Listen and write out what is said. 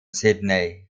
sydney